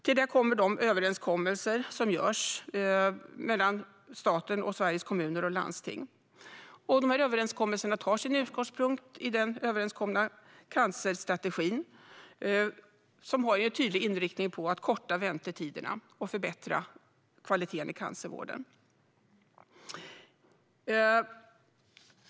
Till detta kommer de överenskommelser som görs mellan staten och Sveriges Kommuner och Landsting. Överenskommelserna tar sin utgångspunkt i den överenskomna cancerstrategin, som har tydlig inriktning på att korta väntetiderna och förbättra kvaliteten i cancervården.